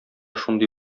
шундый